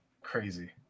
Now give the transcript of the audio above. crazy